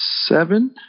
Seven